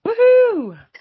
Woohoo